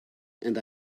and